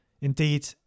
Indeed